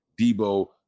Debo